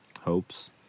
hopes